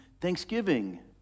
thanksgiving